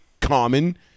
common